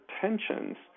tensions